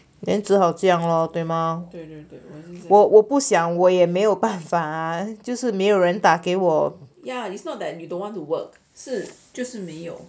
then 只好这样 loh 对吗我我不想我也没有办法就是没有人打给我